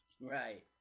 Right